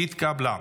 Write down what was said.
התקבלה.